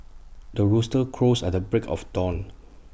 the rooster crows at the break of dawn